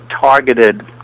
targeted